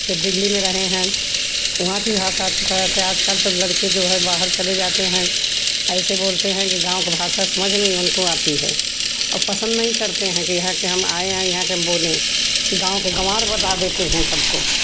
फिर दिल्ली में रहे हैं उहा की भाषा अच्छी तरह से आज कल सब लड़कें जो हैं बाहर चलें जाते हैं एसें बोलते हैं गाँव का भाषा समझ उनको नहीं आती हैं और पसंद नहीं करते हैं की यहाँ की हम आए और यहाँ के हम बोलें गाँव के गँवार बता देते हैं सबको